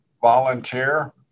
volunteer